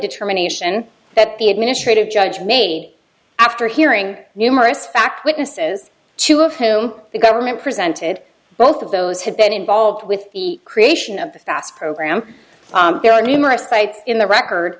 determination that the administrative judge made after hearing numerous fact witnesses two of whom the government presented both of those have been involved with the creation of the fast program there are numerous types in the record